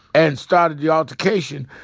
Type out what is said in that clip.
and started the altercation.